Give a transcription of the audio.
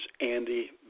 Andy